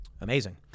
Amazing